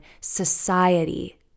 society